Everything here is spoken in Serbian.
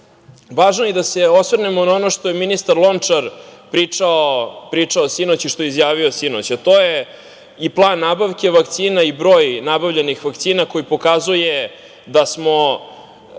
važno je da se osvrnemo na ono što je ministar lončar pričao sinoć i što je izjavio sinoć, a to je plan nabavke vakcina i broj nabavljenih vakcina koji pokazuje da smo